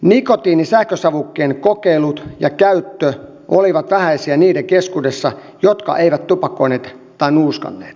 nikotiinisähkösavukkeen kokeilut ja käyttö olivat vähäisiä niiden keskuudessa jotka eivät tupakoineet tai nuuskanneet